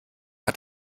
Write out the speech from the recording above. hat